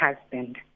husband